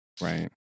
right